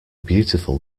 beautiful